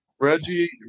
Reggie